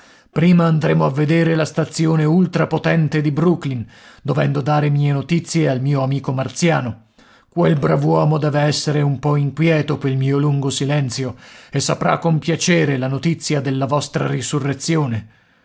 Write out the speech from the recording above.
prima andremo a vedere la stazione ultrapotente di brooklyn dovendo dare mie notizie al mio amico marziano quel brav'uomo deve essere un po inquieto pel mio lungo silenzio e saprà con piacere la notizia della vostra risurrezione